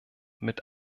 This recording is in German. mit